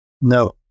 no